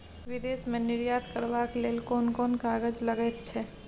विदेश मे निर्यात करबाक लेल कोन कोन कागज लगैत छै